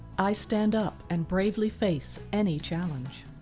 i stand up and bravely face any challenge.